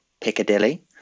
Piccadilly